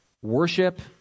Worship